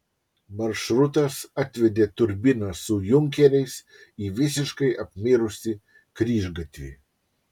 maršrutas atvedė turbiną su junkeriais į visiškai apmirusį kryžgatvį